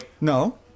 No